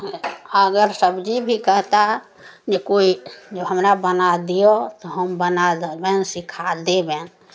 अगर सबजी भी कहताह जे कोइ जे हमरा बना दिअऽ तऽ हम बना देबनि सिखा देबनि